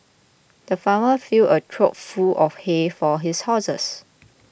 the farmer filled a trough full of hay for his horses